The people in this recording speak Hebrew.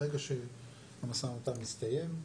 ברגע שהמשא ומתן יסתיים,